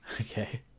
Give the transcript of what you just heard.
Okay